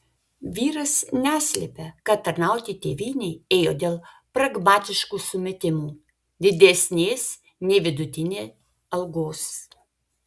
vyras neslepia kad tarnauti tėvynei ėjo dėl pragmatiškų sumetimų didesnės nei vidutinė algos